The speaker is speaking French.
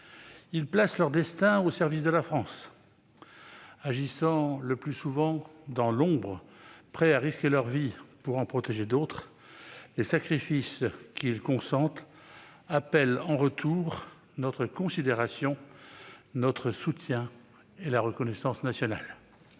Ils placent leur destin au service de la France, agissant le plus souvent dans l'ombre, prêts à risquer leur vie pour en protéger d'autres. Les sacrifices qu'ils consentent appellent en retour notre considération, notre soutien et la reconnaissance nationale.